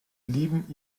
blieben